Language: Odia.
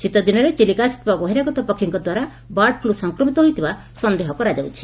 ଶୀତଦିନରେ ଚିଲିକା ଆସିଥିବା ବହିରାଗତ ପକ୍ଷୀଙ୍କ ଦ୍ୱାରା ବ୍ଲାର୍ଡ ଫ୍ ସଂକ୍ରମିତ ହୋଇଥିବା ସନ୍ଦେହ କରାଯାଉଛି